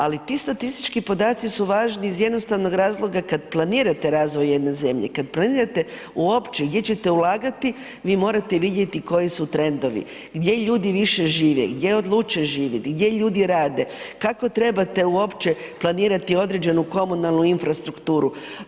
Ali ti statistički podaci su važni iz jednostavnog razloga kada planirate razvoj jedne zemlje, kada planirate uopće gdje ćete ulagati vi morate vidjeti koji su trendovi, gdje ljudi više žive, gdje odlučuju živjeti, gdje ljudi rade, kako trebate uopće planirati određenu komunalnu infrastrukturu.